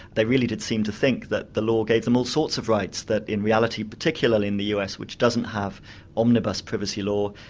they really did seem to think that the law gave them all sorts of rights that in reality, particularly in the us, which doesn't have omnibus privacy law,